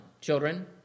children